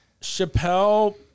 Chappelle